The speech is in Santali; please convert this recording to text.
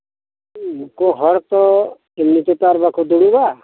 ᱩᱱᱠᱩ ᱦᱚᱲᱛᱚ ᱮᱢᱱᱤ ᱛᱮᱛᱚ ᱟᱨ ᱵᱟᱠᱩ ᱫᱩᱲᱩᱵᱟ